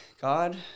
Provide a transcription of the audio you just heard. God